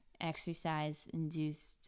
exercise-induced